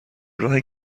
راه